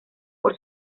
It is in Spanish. por